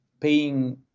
paying